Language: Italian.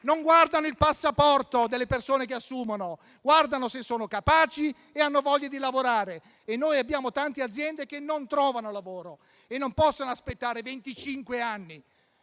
non guardano il passaporto delle persone che assumono, ma guardano se sono capaci e hanno voglia di lavorare. Abbiamo tante aziende che non trovano lavoratori e non possono aspettare